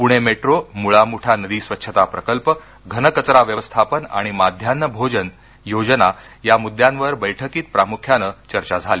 Pune metro Mula Mutha नदी स्वच्छता प्रकल्प घन कचरा व्यवस्थापन आणि माध्यान्ह भोजन योजना या मुद्द्यांवर बैठकीत प्रामुख्यानं चर्चा झाली